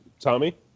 Tommy